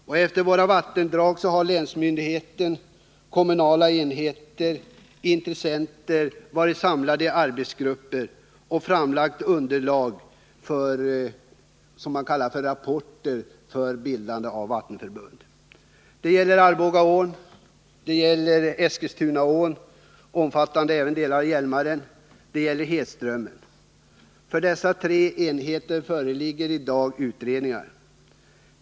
Länsmyndigheter, kommunala enheter och andra intressenter utefter vattendragen har varit samlade i arbetsgrupper och framlagt underlag, rapporter, för bildandet av vattenförbund. Det gäller Arbogaån, Eskilstunaån, omfattande delar av Hjälmaren och Hedströmmen. För dessa enheter föreligger i dag utredningar.